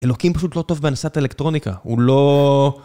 אלוקים פשוט לא טוב בהנדסת אלקטרוניקה, הוא לא...